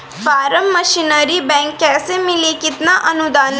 Form machinery bank कैसे मिली कितना अनुदान बा?